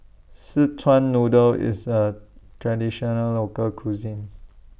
Szechuan Noodle IS A Traditional Local Cuisine